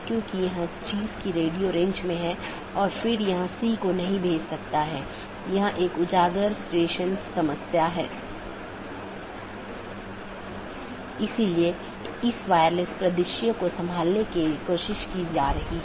क्योंकि जब यह BGP राउटर से गुजरता है तो यह जानना आवश्यक है कि गंतव्य कहां है जो NLRI प्रारूप में है